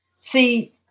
See